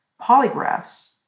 polygraphs